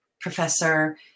professor